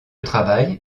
travail